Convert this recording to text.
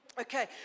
Okay